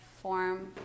form